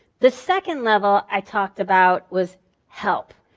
the second level i talked about was help.